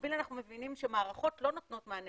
במקביל אנחנו מבינים שמערכות לא נותנות מענה.